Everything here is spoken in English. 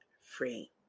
free